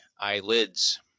eyelids